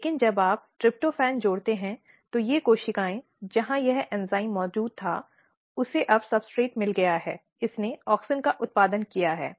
लेकिन जब आप ट्रिप्टोफैन जोड़ते हैं तो ये कोशिकाएं जहां यह एंजाइम मौजूद था उसे अब सब्सट्रेट मिल गया है इसने ऑक्सिन का उत्पादन किया है